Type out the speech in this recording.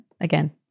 Again